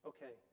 Okay